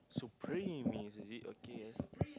supremist is it okay ah